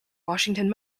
washington